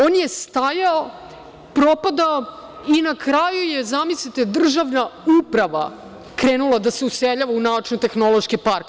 On je stajao, propadao i na kraju je, zamislite, državna uprava krenula da se useljava u Naučno-tehnološki park.